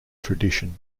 tradition